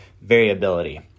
variability